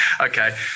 okay